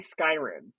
Skyrim